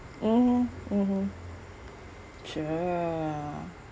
mmhmm mmhmm sure